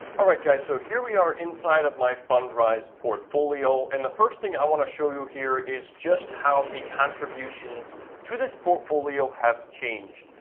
all right guys, so here we are inside of my fundrise portfolio, and the first thing i want to show you here is just how the contributions to this portfolio have changed.